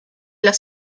las